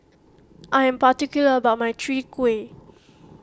I am particular about my Chwee Kueh